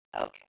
Okay